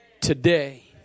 today